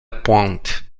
pointe